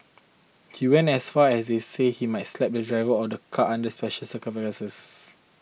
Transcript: he went as far as he say he might slap the driver of a car under special circumstances